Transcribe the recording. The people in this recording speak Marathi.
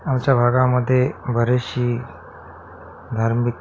आमच्या भागामध्ये बरेचशी धार्मिक